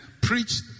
preached